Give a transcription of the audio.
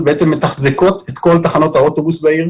בעצם מתחזקות את כל תחנות האוטובוס בעיר,